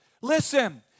Listen